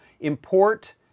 import